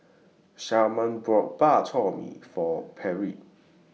Shamar bought Bak Chor Mee For Pierre